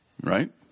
right